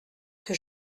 que